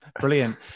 brilliant